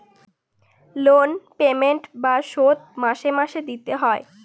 loan payment বা শোধ মাসে মাসে দিতে হয়